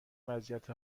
وضعیت